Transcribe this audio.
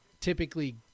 typically